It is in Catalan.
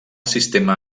sistema